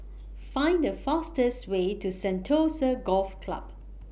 Find The fastest Way to Sentosa Golf Club